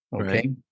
Okay